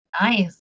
Nice